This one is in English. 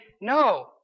no